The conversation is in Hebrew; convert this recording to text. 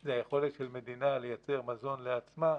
זה היכולת של מדינה לייצר מזון לעצמה,